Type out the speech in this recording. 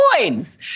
coins